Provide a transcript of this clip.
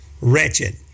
wretched